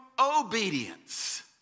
obedience